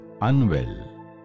unwell